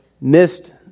missed